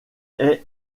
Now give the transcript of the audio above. est